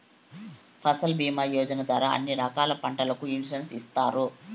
ఫసల్ భీమా యోజన ద్వారా అన్ని రకాల పంటలకు ఇన్సురెన్సు ఇత్తారు